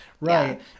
Right